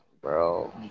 bro